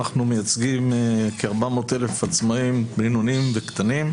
אנחנו מייצגים כ-400,000 עצמאים בינוניים וקטנים.